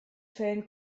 fällen